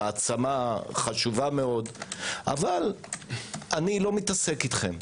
מעצמה חשובה מאוד אבל אני לא מתעסק אתכם.